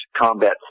Combat